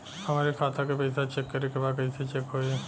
हमरे खाता के पैसा चेक करें बा कैसे चेक होई?